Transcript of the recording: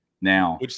Now